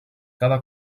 cada